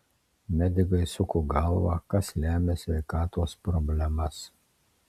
medikai suko galvą kas lemia sveikatos problemas